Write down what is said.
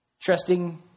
trusting